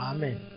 Amen